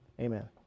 amen